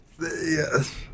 yes